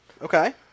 Okay